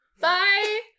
bye